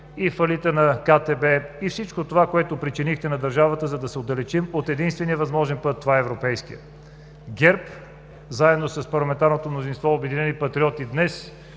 и фалита на КТБ, и всичко това, което причинихте на държавата, за да се отдалечим от единствения възможен път – това е европейският. ГЕРБ, заедно с парламентарното мнозинство „Обединени патриоти“ днес